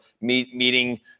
meeting